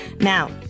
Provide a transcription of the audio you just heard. now